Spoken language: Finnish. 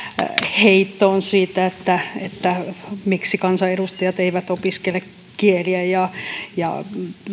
heittoon siitä miksi kansanedustajat eivät opiskele kieliä ja ja